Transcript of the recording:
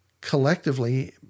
collectively